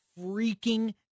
freaking